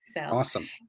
Awesome